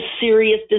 serious